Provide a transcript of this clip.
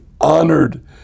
honored